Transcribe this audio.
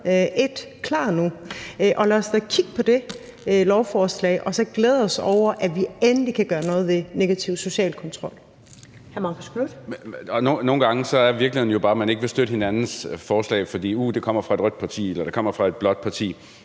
klar nu, og lad os da kigge på det og så glæde os over, at vi endelig kan gøre noget ved negativ social kontrol.